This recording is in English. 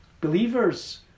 Believers